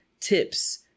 tips